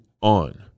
on